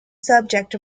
subject